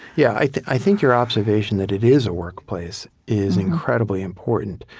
yeah i think i think your observation that it is a workplace is incredibly important.